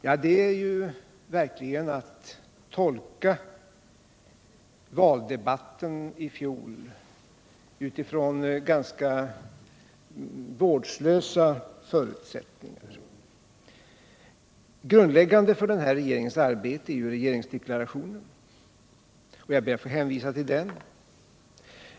Ja, det är verkligen att se valdebatten i fjol i ett ganska vårdslöst perspektiv. Grundläggande för den sittande regeringens arbete är ju regeringsdeklarationen, och jag ber att få hänvisa till den.